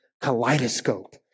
kaleidoscope